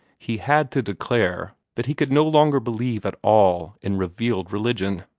he had to declare that he could no longer believe at all in revealed religion.